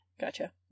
Gotcha